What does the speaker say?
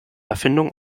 erfindung